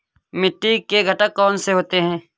मिट्टी के घटक कौन से होते हैं?